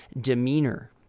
demeanor